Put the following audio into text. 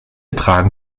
tragen